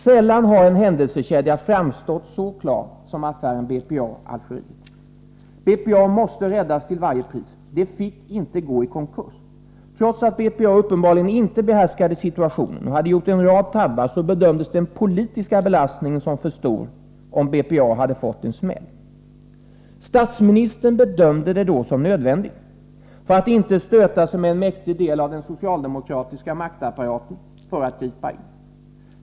Sällan har en händelsekedja framstått så klart som i affären BPA-Algeriet. BPA måste räddas till varje pris. Företaget fick inte gå i konkurs. Trots att BPA uppenbarligen inte behärskade situationen och trots att företaget gjort en rad tabbar, stannade man för bedömningen att den politiska belastningen skulle bli alltför stor om BPA fick sig en smäll. Statsministern bedömde det då som nödvändigt — för att inte stöta sig med en mäktig del av den socialdemokratiska maktapparaten — att gripa in.